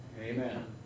Amen